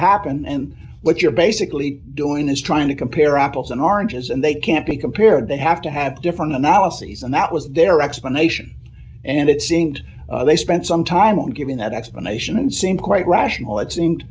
happen and what you're basically doing is trying to compare apples and oranges and they can't be compared they have to have different analyses and that was their explanation and it seemed they spent some time on giving that explanation and seemed quite rational it seemed